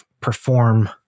perform